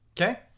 Okay